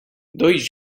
dois